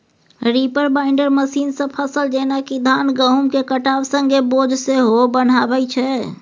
reaper binder मशीनसँ फसल जेना कि धान गहुँमकेँ काटब संगे बोझ सेहो बन्हाबै छै